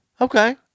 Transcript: Okay